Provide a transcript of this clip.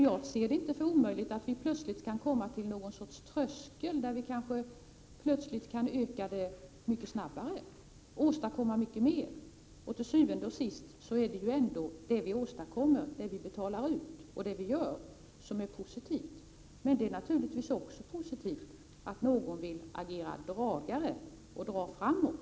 Jag ser det inte som omöjligt att vi plötsligt kan komma till någon sorts tröskel, där vi plötsligt kan öka biståndet mycket snabbare och åstadkomma mycket mer. Til syvende og sidst är det ändå det vi åstadkommer — det vi betalar ut och vad vi gör — som är det positiva. Det är naturligtvis också positivt att någon vill agera dragare och föra oss framåt.